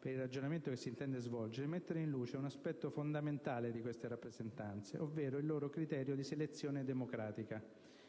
per il ragionamento che si intende svolgere mettere in luce un aspetto fondamentale di tali rappresentanze, ovvero il loro criterio di selezione democratica.